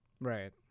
Right